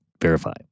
verify